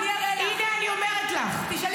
הינה, אני אומרת לך, תקשיבי.